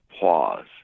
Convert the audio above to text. pause